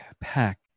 pack